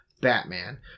Batman